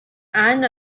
and